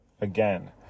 again